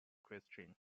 christian